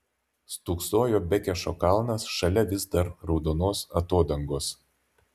stūksojo bekešo kalnas šalia vis dar raudonos atodangos